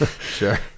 Sure